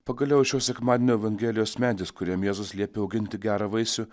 pagaliau šio sekmadienio evangelijos medis kuriam jėzus liepė auginti gerą vaisių